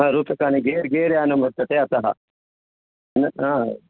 आं रुप्यकनि गेर् गेर् यानं वर्तते अतः न ना